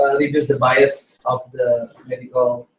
leverage the bias of the medical.